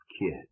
Kid